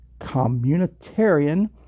communitarian